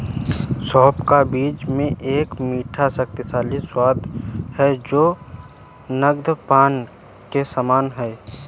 सौंफ का बीज में एक मीठा, शक्तिशाली स्वाद है जो नद्यपान के समान है